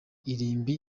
irimbi